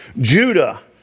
Judah